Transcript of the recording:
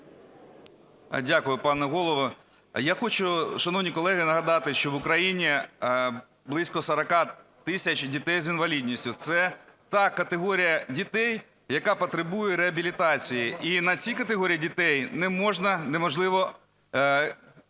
Дякую, пане Голово. Я хочу, шановні колеги, нагадати, що в Україні близько 40 тисяч дітей з інвалідністю. Це та категорія дітей, яка потребує реабілітації. І на цій категорії не можна, неможливо